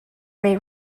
ray